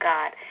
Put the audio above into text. God